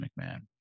McMahon